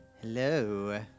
Hello